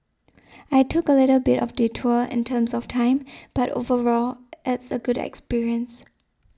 I took a little bit of detour in terms of time but overall it's a good experience